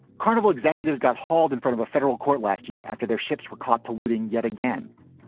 carnival executives got hauled in front of a federal court last year after their ships were caught polluting yet again.